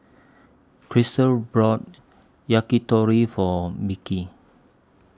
Christel brought Yakitori For Mickey